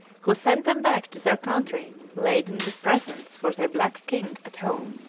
who sent them back to their country laden with presents for their black king at home.